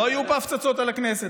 לא היו פה הפצצות על הכנסת.